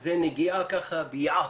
זה נגיעה ביעף.